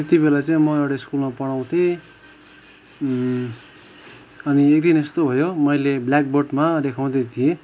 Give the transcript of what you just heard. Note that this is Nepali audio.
त्यति बेला चाहिँ म एउटा स्कुलमा पढाउँथेँ अनि एक दिन यस्तो भयो मैले ब्ल्याकबोर्डमा देखाउँदै थिएँ